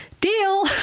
deal